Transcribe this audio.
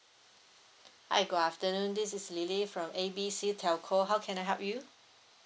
hi good afternoon this is lily from A B C telco how can I help you